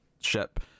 ship